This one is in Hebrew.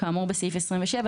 כאמור בסעיף 27,